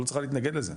את לא צריכה להתנגד לזה,